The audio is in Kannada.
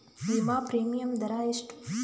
ವಿಮಾ ಪ್ರೀಮಿಯಮ್ ದರಾ ಎಷ್ಟು?